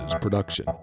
production